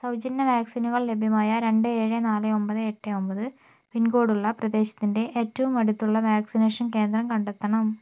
സൗജന്യ വാക്സിനുകൾ ലഭ്യമായ രണ്ട് ഏഴ് നാല് ഒൻപത് എട്ട് ഒൻപത് പിൻ കോഡുള്ള പ്രദേശത്തിൻ്റെ ഏറ്റവും അടുത്തുള്ള വാക്സിനേഷൻ കേന്ദ്രം കണ്ടെത്തണം